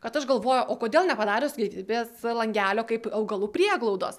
kad aš galvoju o kodėl nepadarius gyvybės langelio kaip augalų prieglaudos